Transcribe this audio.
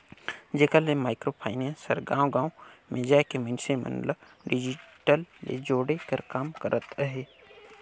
जेकर ले micro finance हर गाँव गाँव में जाए के मइनसे मन ल डिजिटल ले जोड़े कर काम करत अहे